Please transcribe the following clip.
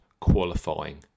qualifying